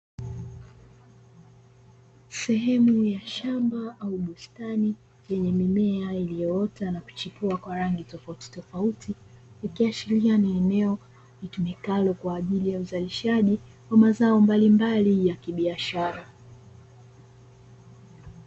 Sehemu ya shamba au bustani yenye mimea iliyoota na kuchipua kwa rangi tofauti tofauti, ikiashiria ni eneo litumikalo kwa ajili ya uzalishaji wa mazao mbalimbali ya kibiashara.